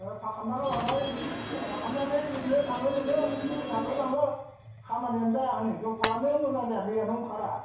फा खालामना गालांनाय था खामनानै इरैनो थाङो नोङो फैसाल' लाङो खामानियानो जाया हनै दंखलानो मोजां जादिया ओंखारा